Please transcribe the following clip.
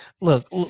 look